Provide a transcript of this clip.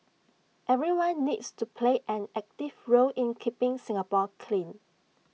everyone needs to play an active role in keeping Singapore clean